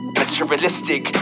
materialistic